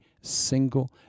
single